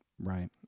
Right